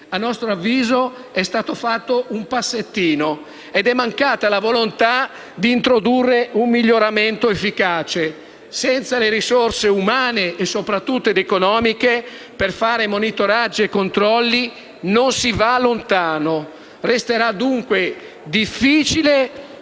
A nostro avviso, è stato fatto un passettino ed è mancata la volontà di introdurre un miglioramento efficace. Senza le risorse umane e soprattutto economiche per fare monitoraggi e controlli, non si va lontano. Resterà dunque difficile